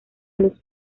los